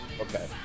Okay